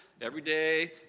everyday